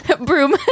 Broom